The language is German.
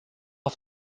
auf